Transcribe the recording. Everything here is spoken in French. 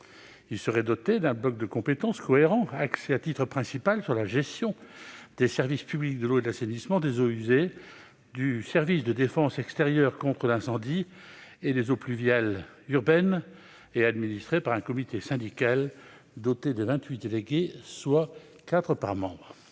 serait dotée d'un bloc de compétences cohérent, axé sur la gestion des services publics de l'eau et de l'assainissement des eaux usées, du service de défense extérieure contre l'incendie et des eaux pluviales urbaines. Elle serait administrée par un comité syndical doté de vingt-huit délégués, soit quatre par membre.